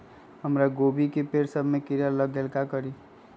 हमरा गोभी के पेड़ सब में किरा लग गेल का करी?